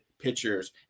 pitchers